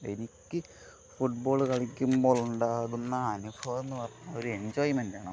എനിക്ക് football കളിക്കുമ്പോളുണ്ടാകുന്ന അനുഭവം എന്നു പറഞ്ഞാൽ ഒരു എൻജോയ്മെൻറ്റാണ്